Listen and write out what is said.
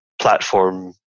platform